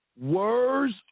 words